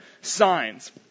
signs